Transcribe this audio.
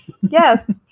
Yes